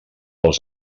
els